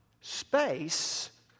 space